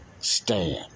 Stand